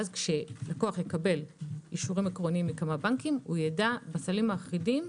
ואז כשלקוח מקבל אישורים עקרוניים מכמה בנקים הוא יידע בסלים האחידים,